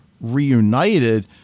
reunited